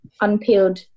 unpeeled